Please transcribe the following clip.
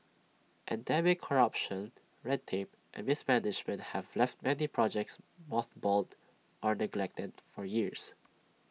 endemic corruption red tape and mismanagement have left many projects mothballed or neglected for years